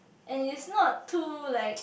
and it's not too like